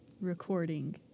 recording